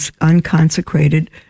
unconsecrated